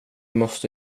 måste